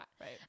Right